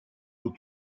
eaux